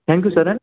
thank you sir hmm